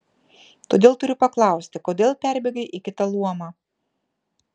todėl turiu paklausti kodėl perbėgai į kitą luomą